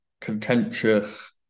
contentious